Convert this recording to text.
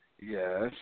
Yes